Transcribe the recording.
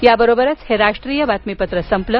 या बरोबरच हे राष्ट्रीय बातमीपत्र संपलं